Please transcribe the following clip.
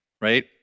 right